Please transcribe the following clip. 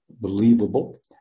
believable